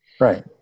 Right